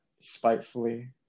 spitefully